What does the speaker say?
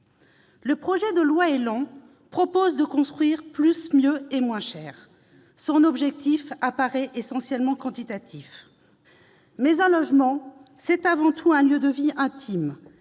Le projet de loi ÉLAN vise à construire plus, mieux et moins cher. Son objectif apparaît essentiellement quantitatif. Mais un logement, c'est avant tout un lieu de vie intime